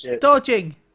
dodging